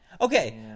Okay